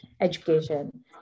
education